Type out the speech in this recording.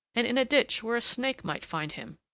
and in a ditch, where a snake might find him!